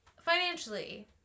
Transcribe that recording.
financially